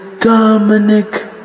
Dominic